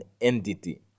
entity